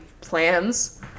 plans